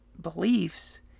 beliefs